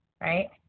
right